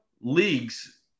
leagues